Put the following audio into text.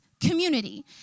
community